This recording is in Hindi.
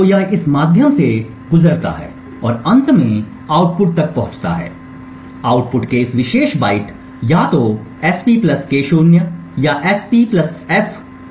तो यह इस माध्यम से गुजरता है और अंत में आउटपुट तक पहुँचता है आउटपुट के इस विशेष बाइट या तो S P K0 या S P f K0 है